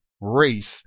race